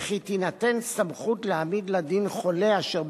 וכי תינתן סמכות להעמיד לדין חולה אשר